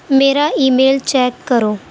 میرا email check کرو